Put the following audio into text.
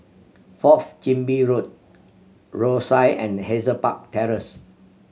Fourth Chin Bee Road Rosyth and Hazel Park Terrace